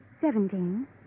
Seventeen